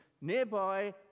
Nearby